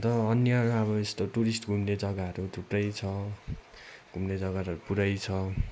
अन्त अन्य र अब यस्तो टुरिस्ट घुम्ने जग्गाहरू थुप्रै छ घुम्ने जग्गाहरू पुरै छ